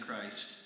Christ